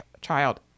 child